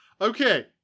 okay